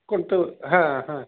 कोणतं हां हां